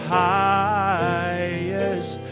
highest